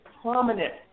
prominent